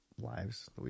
lives